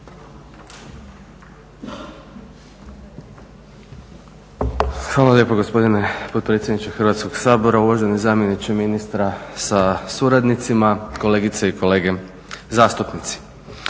Hvala lijepo gospodine potpredsjedniče Hrvatskog sabora, uvaženi zamjeniče ministra sa suradnicima, kolegice i kolege zastupnici.